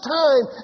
time